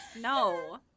No